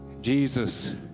Jesus